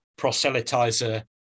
proselytizer